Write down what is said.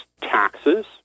taxes